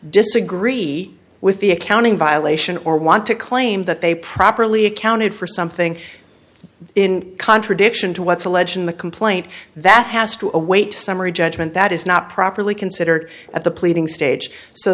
disagree with the accounting violation or want to claim that they properly accounted for something in contradiction to what's alleged in the complaint that has to await summary judgment that is not properly considered at the pleading stage so